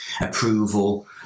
approval